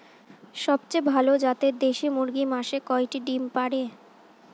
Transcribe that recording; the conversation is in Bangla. সবথেকে ভালো জাতের দেশি মুরগি মাসে কয়টি ডিম পাড়ে?